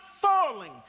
falling